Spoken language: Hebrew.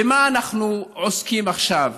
במה אנחנו עוסקים עכשיו?